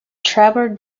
trevor